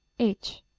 h.